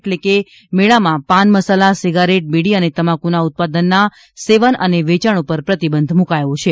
એટલે કે મેળામાં પાન મસાલા સીગારેટ બીડી અને તમાકુના ઉત્પાદનના સેવન અને વેચાણ પર પ્રતિબંધ મુકાયો છે